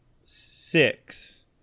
six